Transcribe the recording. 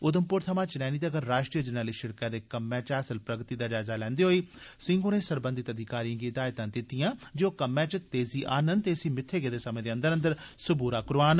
उधमप्र थमां चनैनी तगर राष्ट्री जरनैली सिड़कै दे कम्मै च हासल प्रगति दा जायजा लैंदे होई सिंह होरें सरबंधत अधिकारिएं गी हिदायतां दित्तिआं जे ओह् कम्मै च तेजी आहनन ते इसी मित्थे गेदे समें दे अंदर अंदर सबूरा करोआन